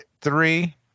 Three